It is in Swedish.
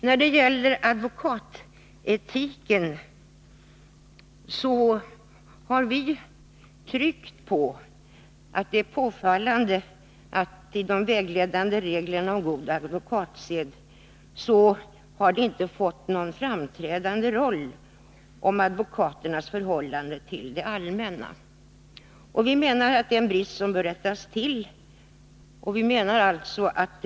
När det gäller advokatetiken säger vi att det är påfallande att frågan om advokaternas förhållande till det allmänna inte fått någon framträdande plats i de vägledande reglerna. Det är en brist som bör rättas till.